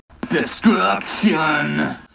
Destruction